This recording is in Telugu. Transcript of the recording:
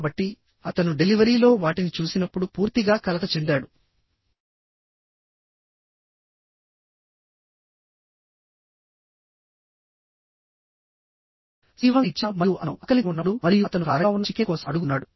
కాబట్టి అతను డెలివరీలో వాటిని చూసినప్పుడు పూర్తిగా కలత చెందాడు సజీవంగా ఇచ్చిన మరియు అతను ఆకలితో ఉన్నప్పుడు మరియు అతను కారంగా ఉన్న చికెన్ కోసం అడుగుతున్నాడు